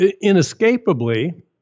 inescapably